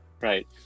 right